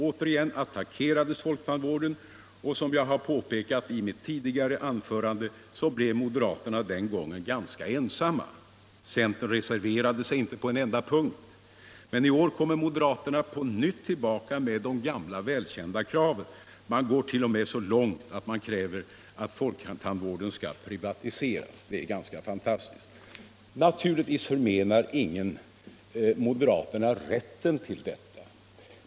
Återigen attackerades folktandvården, och som jag har påpekat i mitt tidigare anförande blev moderaterna den gången ganska ensamma. Centern reserverade sig inte på en enda punkt. I år kommer moderaterna tillbaka med de gamla välkända kraven. Man går t.o.m. så långt att man kräver att folktandvården 183 skall privatiseras. Det är ganska fantastiskt. Naturligtvis förmenar ingen moderaterna rätten till detta.